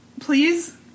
please